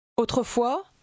Autrefois